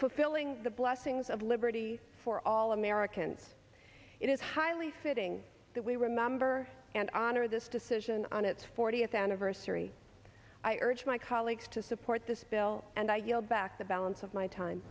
fulfilling the blessings of liberty for all americans it is highly fitting that we remember and honor this decision on its fortieth anniversary i urge my colleagues to support this bill and i yield back the balance of my time